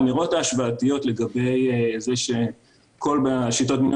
האמירות ההשוואתיות לגבי זה שבכל המדינות שיטת מינוי